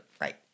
Right